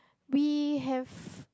we have